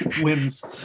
whims